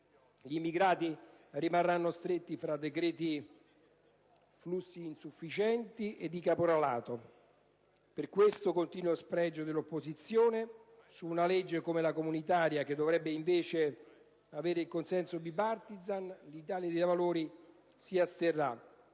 Gli immigrati rimarranno stretti fra decreti flussi insufficienti ed il caporalato. Per questo continuo spregio dell'opposizione, su una legge come la comunitaria che dovrebbe vedere invece il consenso *bipartisan*, l'Italia dei Valori si asterrà.